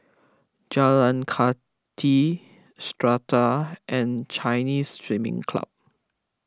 Jalan Kathi Strata and Chinese Swimming Club